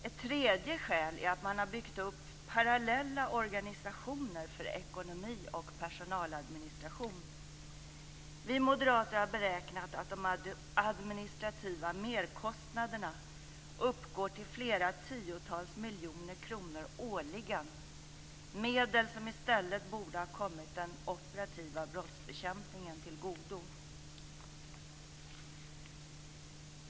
Ett tredje skäl är att man har byggt upp parallella organisationer för ekonomi och personaladministration. Vi moderater har beräknat att de administrativa merkostnaderna uppgår till flera tiotals miljoner kronor årligen - medel som i stället borde ha kommit den operativa brottsbekämpningen till godo.